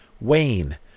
Wayne